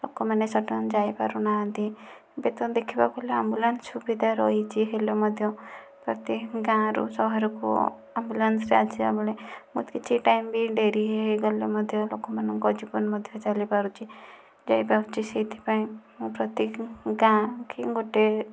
ଲୋକମାନେ ସଡ଼ନ୍ ଯାଇ ପାରୁନାହାନ୍ତି ଏବେ ତ ଦେଖିବାକୁ ଗଲେ ଆମ୍ବୁଲାନ୍ସ ସୁବିଧା ରହିଛି ହେଲେ ମଧ୍ୟ ପ୍ରତି ଗାଁରୁ ସହରକୁ ଆମ୍ବୁଲାନ୍ସରେ ଆସିବାବେଳେ ବହୁତ କିଛି ଟାଇମ ବି ଡେରି ହୋଇଗଲେ ମଧ୍ୟ ଲୋକମାନଙ୍କର ଜୀବନ ମଧ୍ୟ ଚାଲି ପାରୁଛି ଯାଇପାରୁଛି ସେଇଥିପାଇଁ ମୁଁ ପ୍ରତିକୁ ଗାଁ କି ଗୋଟିଏ